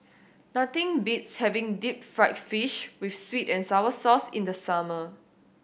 nothing beats having deep fried fish with sweet and sour sauce in the summer